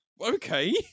okay